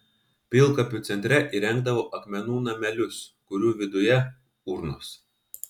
pilkapių centre įrengdavo akmenų namelius kurių viduje urnos